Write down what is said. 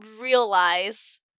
realize